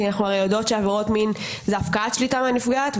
אנחנו יודעות שעבירות מין זה הפקעת שליטה מהנפגעת.